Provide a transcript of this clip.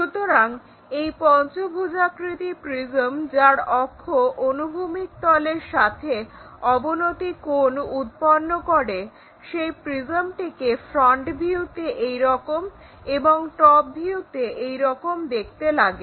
সুতরাং এই পঞ্চভুজাকৃতি প্রিজম যার অক্ষ অনুভূমিক তলের সাথে অবনতি কোণ উৎপন্ন করে সেই প্রিজমটিকে ফ্রন্ট ভিউতে এইরকম এবং টপ ভিউতে এইরকম দেখতে লাগে